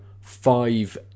five